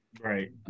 Right